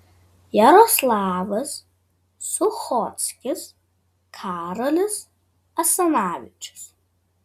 jaroslavas suchockis karolis asanavičius